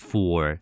Four